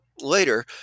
later